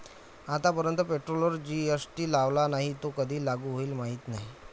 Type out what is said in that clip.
आतापर्यंत पेट्रोलवर जी.एस.टी लावला नाही, तो कधी लागू होईल माहीत नाही